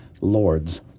lords